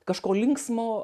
kažko linksmo